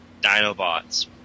Dinobots